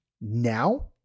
now